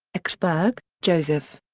wechsberg, joseph.